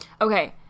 Okay